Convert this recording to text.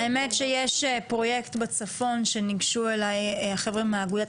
האמת שיש פרוייקט בצפון שניגשו אליו חבר'ה מאגודת